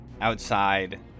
outside